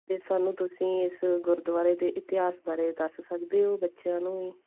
ਅਤੇ ਸਾਨੂੰ ਤੁਸੀਂ ਇਸ ਗੁਰਦੁਆਰੇ ਦੇ ਇਤਿਹਾਸ ਬਾਰੇ ਦੱਸ ਸਕਦੇ ਹੋ ਬੱਚਿਆਂ ਨੂੰ ਵੀ